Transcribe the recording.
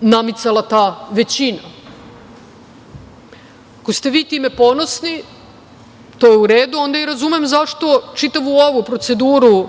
namicala ta većina. Ako ste vi time ponosni, to je u redu. Onda i razumem zašto čitavu ovu proceduru